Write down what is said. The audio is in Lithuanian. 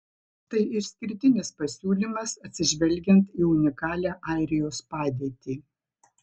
tai išskirtinis pasiūlymas atsižvelgiant į unikalią airijos padėtį